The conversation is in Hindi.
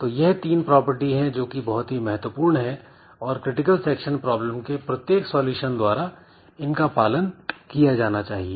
तो यह तीन प्रॉपर्टी हैं जोकि बहुत ही महत्वपूर्ण है और क्रिटिकल सेक्शन प्रॉब्लम के प्रत्येक सॉल्यूशन द्वारा इनका पालन किया जाना चाहिए